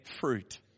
fruit